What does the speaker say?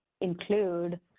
include